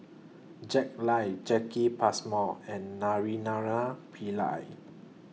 Jack Lai Jacki Passmore and Naraina Pillai